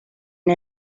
and